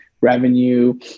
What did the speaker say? revenue